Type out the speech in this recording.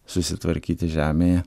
susitvarkyti žemėje